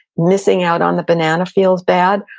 missing out on the banana fields bad,